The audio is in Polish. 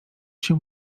się